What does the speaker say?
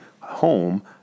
home